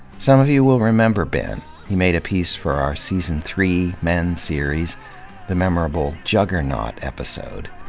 some of you will remember ben he made a piece for our season three, men series the memorable juggernaut episode.